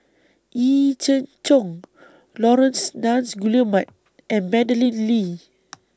Yee Jenn Jong Laurence Nunns Guillemard and Madeleine Lee